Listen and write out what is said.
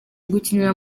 gukinira